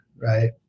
right